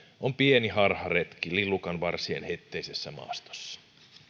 on pieni harharetki lillukanvarsien hetteisessä maastossa